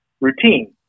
routine